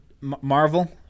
Marvel